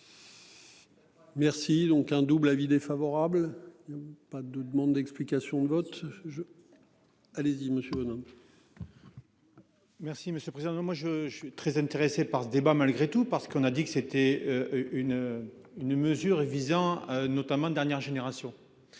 Merci donc un double avis défavorable. Pas de demande d'explications de vote, je. Allez-y monsieur Bruno. Merci monsieur le président. Moi je, je suis très intéressé par ce débat malgré tout parce qu'on a dit que c'était une une mesure visant notamment dernière génération.